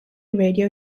radio